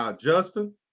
Justin